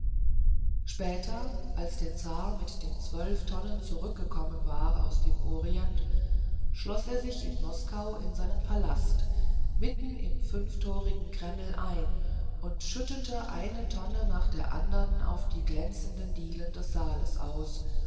später als der zar mit den zwölf tonnen zurückgekommen war aus dem orient schloß er sich in moskau in seinen palast mitten im fünftorigen kreml ein und schüttete eine tonne nach der anderen auf die glänzenden dielen des saales aus